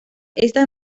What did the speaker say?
esta